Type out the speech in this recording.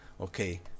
okay